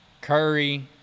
Curry